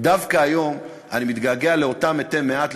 דווקא היום אני מתגעגע לאותם מתי מעט,